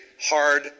hard